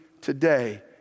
today